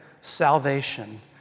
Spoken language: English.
salvation